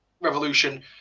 Revolution